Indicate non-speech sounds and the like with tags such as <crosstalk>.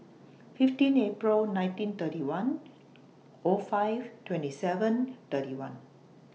fifteen April nineteen thirty one <noise> O five twenty seven thirty one